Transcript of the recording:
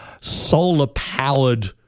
solar-powered